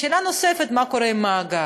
שאלה נוספת היא מה קורה עם המאגר.